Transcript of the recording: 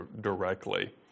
directly